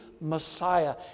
Messiah